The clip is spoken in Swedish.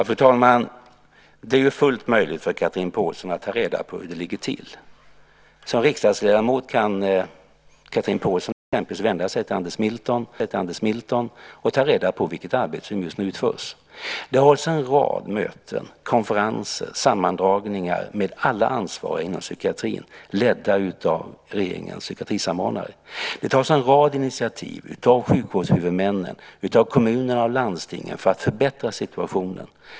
Fru talman! Det är fullt möjligt för Chatrine Pålsson att ta reda på hur det ligger till. Som riksdagsledamot kan Chatrine Pålsson exempelvis vända sig till Anders Milton och ta reda på vilket arbete som just nu utförs. Det hålls en rad möten, konferenser och så vidare med alla ansvariga inom psykiatrin ledda av regeringens psykiatrisamordnare. Det tas en rad initiativ av sjukvårdshuvudmännen och av kommunerna och landstingen för att förbättra situationen.